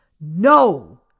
No